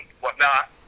whatnot